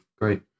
Great